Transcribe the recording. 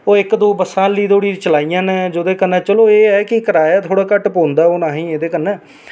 ओह् इक्क दो बस्सां ऐल्ली धोड़ी चलाइयां न ते ओह्दे कन्नै एह् कि चलो थोह्ड़ा जेहा कराया घट्ट पौंदा असेंगी एह्दे कन्नै